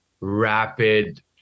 rapid